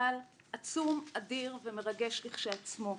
מפעל עצום אדיר ומרגש בפני עצמו.